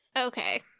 Okay